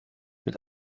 mit